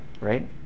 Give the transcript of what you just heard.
right